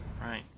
right